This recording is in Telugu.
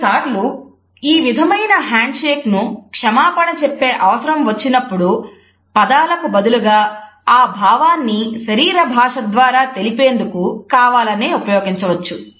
కొన్నిసార్లు ఈ విధమైన హ్యాండ్షేక్ను క్షమాపణ చెప్పే అవసరం వచ్చినప్పుడు పదాలకు బదులుగా ఆ భావాన్ని శరీర భాష ద్వారా తెలిపేందుకు కావాలనే ఉపయోగించవచ్చు